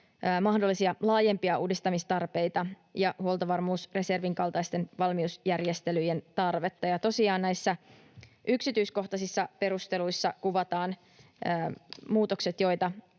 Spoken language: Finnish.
mahdollisia laajempia uudistamistarpeita ja huoltovarmuusreservin kaltaisten valmiusjärjestelyjen tarvetta. Tosiaan näissä yksityiskohtaisissa perusteluissa kuvataan muutokset, joita